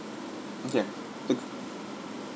okay good